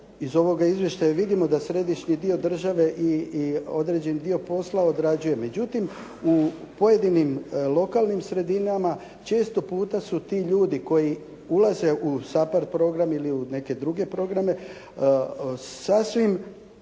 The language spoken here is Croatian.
iz ovoga izvještaja vidimo da središnji dio države i određeni dio posla odrađuje, međutim u pojedinim lokalnim sredinama često puta su ti ljudi koji ulaze u SAPARD program ili u neke druge programe sasvim